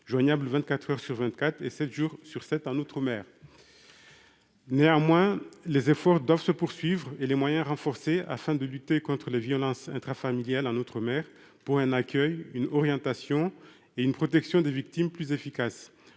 joignable 24 heures sur 24 et 7 jours sur 7 en outre-mer comme en métropole. Néanmoins, les efforts doivent se poursuivre et les moyens être renforcés afin de lutter contre les violences intrafamiliales en outre-mer, pour que l'accueil, l'orientation et la protection des victimes soient plus efficaces.